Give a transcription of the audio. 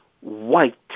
white